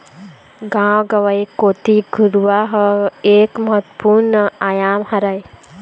गाँव गंवई कोती घुरूवा ह एक महत्वपूर्न आयाम हरय